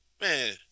man